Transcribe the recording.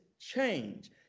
change